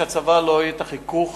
שלצבא לא יהיה חיכוך